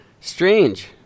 strange